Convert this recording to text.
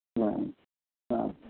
हा हा